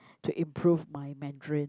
to improve my Mandarin